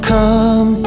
Come